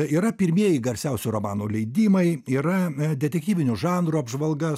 yra pirmieji garsiausių romanų leidimai yra detektyvinių žanrų apžvalga